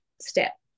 step